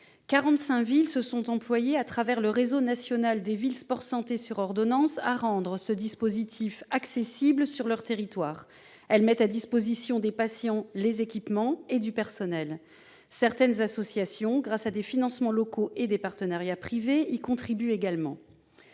villes se sont employées, au travers du réseau national des villes sport-santé sur ordonnance, à rendre ce dispositif accessible sur leur territoire. Elles mettent à la disposition des patients des équipements et du personnel. Certaines associations, grâce à des financements locaux et des partenariats privés, y contribuent également.